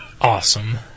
awesome